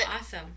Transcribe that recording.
awesome